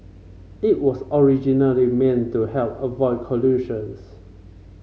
it was original them meant to help avoid collisions